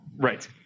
Right